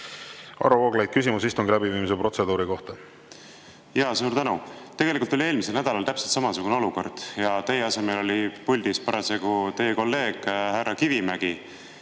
Vooglaid, küsimus istungi läbiviimise protseduuri kohta. Suur tänu! Tegelikult oli eelmisel nädalal täpselt samasugune olukord, aga teie asemel oli puldis teie kolleeg härra Kivimägi.